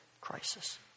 crisis